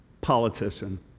politician